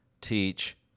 teach